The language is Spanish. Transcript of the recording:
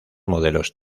modelos